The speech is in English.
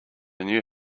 new